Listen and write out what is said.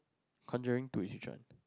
conjuring two is which one